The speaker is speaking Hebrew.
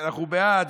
אנחנו בעד,